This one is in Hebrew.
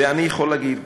ואני יכול להגיד,